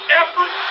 effort